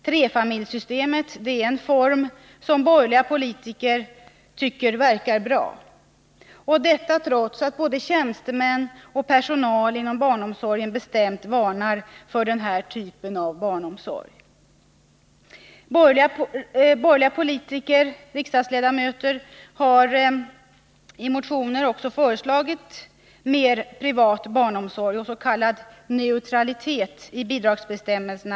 Trefamiljssystemet är en form som borgerliga politiker tycker verkar bra — detta trots att både tjänstemän och personal inom barnomsorgen bestämt varnar för denna typ av barnomsorg. Borgerliga riksdagsledamöter har också motionerat om mer privat barnomsorg och om s.k. neutralitet i bidragsbestämmelserna.